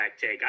take